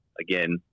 Again